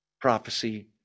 prophecy